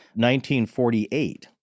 1948